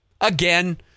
again